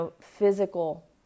physical